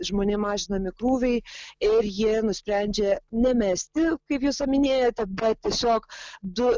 žmonėm mažinami krūviai ir jie nusprendžia ne mesti kaip jūs minėjote bet tiesiog du